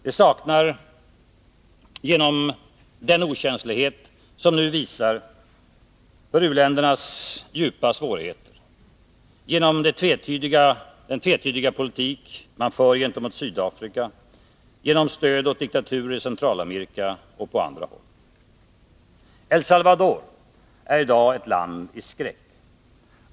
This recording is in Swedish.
Det sker genom den okänslighet som nu visas för u-ländernas djupa svårigheter, genom den tvetydiga politik man för gentemot Sydafrika, genom stöd åt diktaturer i Centralamerika och på andra håll. El Salvador är i dag ett land i skräck.